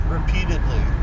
Repeatedly